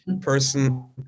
person